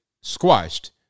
squashed